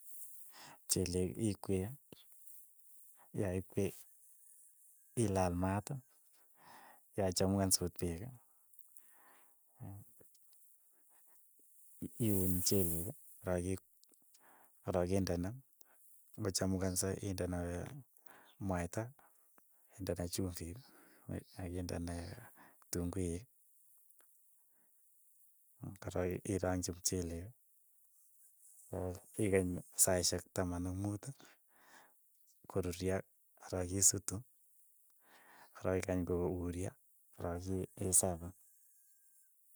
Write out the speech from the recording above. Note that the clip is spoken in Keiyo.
Mchelek ii kwee, ya ikwee, ilal maat, yachamukansot peek, iuun mchelek, korok korok indene, kochamukanso indena mwaita, indene chumbiik, ak indene kitunguik, korook irongchi mchelek. korok ikany saishek taman ak muut, koruryo, korook isutu, korook ikany kouryo, korook isafan.